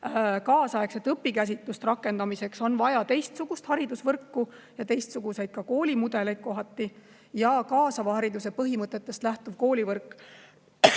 Kaasaegse õpikäsitluse rakendamiseks on vaja teistsugust haridusvõrku ja kohati teistsuguseid koolimudeleid. Kaasava hariduse põhimõtetest lähtuv koolivõrk